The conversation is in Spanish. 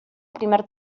primer